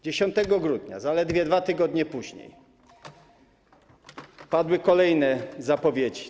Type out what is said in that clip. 10 grudnia, zaledwie 2 tygodnie później, padły kolejne zapowiedzi: